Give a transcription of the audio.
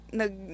nag